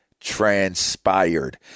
transpired